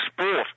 sport